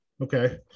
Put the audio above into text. Okay